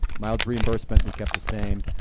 mileage reimbursement, we kept the same.